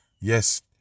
Yes